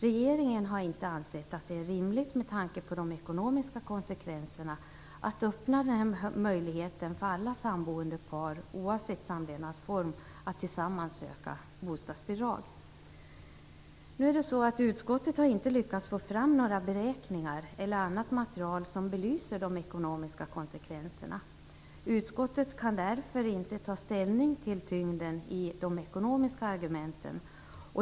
Regeringen har inte ansett att det är rimligt med tanke på de ekonomiska konsekvenserna att öppna möjligheten för alla samboende par, oavsett samlevnadsform, att tillsammans söka bostadsbidrag. Utskottet har inte lyckats få fram några beräkningar eller annat material som belyser de ekonomiska konsekvenserna. Utskottet kan därför inte ta ställning till tyngden i de ekonomiska argumenten.